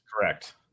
Correct